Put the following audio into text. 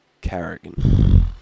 Carrigan